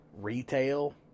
retail